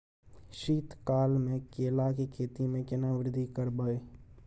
शीत काल मे केला के खेती में केना वृद्धि करबै?